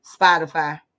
spotify